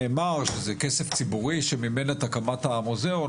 נאמר שזה כסף ציבורי שמימן את הקמת המוזיאון,